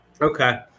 Okay